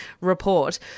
report